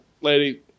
lady